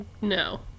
no